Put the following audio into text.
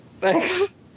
Thanks